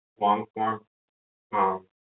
long-form